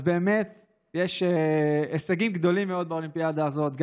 אז באמת יש הישגים גדולים מאוד באולימפיאדה הזאת,